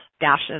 dashes